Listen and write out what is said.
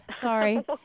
Sorry